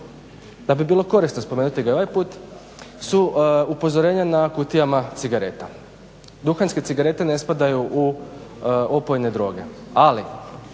da bi bilo korisno ga spomenuti i ovaj put su upozorenja na kutijama cigareta. Duhanske cigarete ne spadaju u opojne droge,